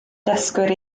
dysgwyr